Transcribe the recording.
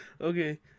okay